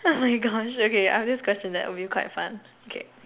oh my gosh okay I've this question that will be quite fun okay